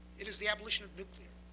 it is the abolition of nuclear.